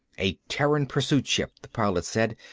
a terran pursuit ship, the pilot said.